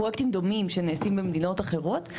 פרויקטים דומים שנעשים במדינות אחרות.